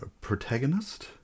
protagonist